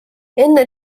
enne